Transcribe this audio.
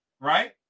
right